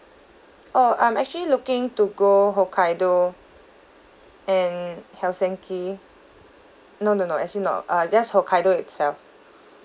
oh I'm actually looking to go hokkaido and helsinki no no no actually no uh just hokkaido itself